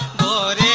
good